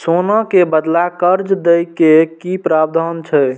सोना के बदला कर्ज के कि प्रावधान छै?